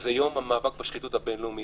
יתקיים יום המאבק בשחיתות הבין-לאומית.